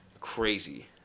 crazy